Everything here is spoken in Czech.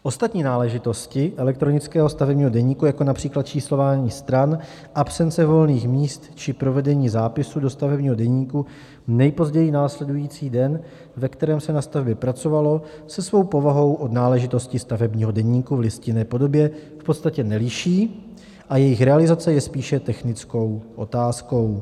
Ostatní náležitosti elektronického stavebního deníku jako například číslování stran, absence volných míst či provedení zápisu do stavebního deníku nejpozději následující den, ve kterém se na stavbě pracovalo, se svou povahou od náležitosti stavebního deníku v listinné podobě v podstatě neliší a jejich realizace je spíše technickou otázkou.